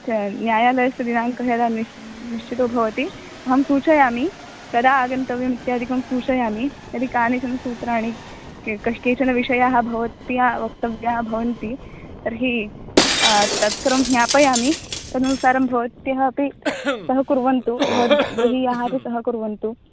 न्यायालयस्य दिनाङ्कः यदा निश्च् निश्चितो भवति अहं सूचयामि तदा आगन्तव्यं इत्यादिकं सूचयामि यदि कानिचन् सूत्राणि कश् केचन विषयाः भवत्या वक्तव्या भवन्ति तर्हि तत् सर्वं ज्ञापयामि तदनुसारं भवत्यः अपि सहकुर्वन्तु भवद् गृहीयाः अपि सहकुर्वन्तु